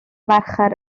mercher